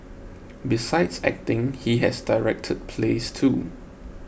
besides acting he has directed plays too